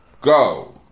Go